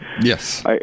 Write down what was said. Yes